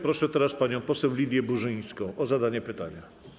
Proszę teraz panią poseł Lidię Burzyńską o zadanie pytania.